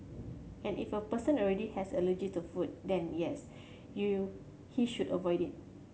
and if a person already has allergy to food then yes you he should avoid it